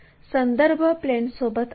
मग या बिंदूतून लोकस काढा